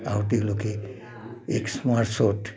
আৰু তেওঁলোকে এক্সমাছত